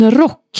rock